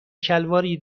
شلواری